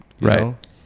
Right